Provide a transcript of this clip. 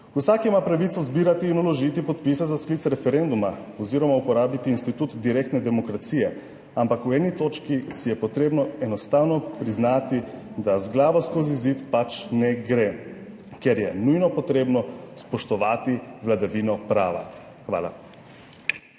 Vsak ima pravico zbirati in vložiti podpise za sklic referenduma oziroma uporabiti institut direktne demokracije, ampak v eni točki si je potrebno enostavno priznati, da z glavo skozi zid pač ne gre, ker je nujno potrebno spoštovati vladavino prava. Hvala.